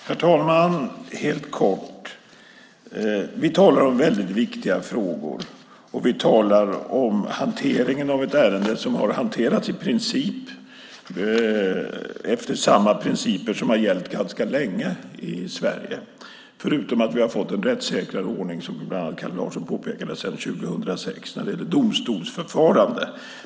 Herr talman! Helt kort: Vi talar om väldigt viktiga frågor, och vi talar om ett ärende som i princip har hanterats efter samma principer som har gällt ganska länge i Sverige, förutom att vi sedan 2006 har en rättssäkrare ordning, som bland annat Kalle Larsson påpekade, när det gäller domstolsförfarande.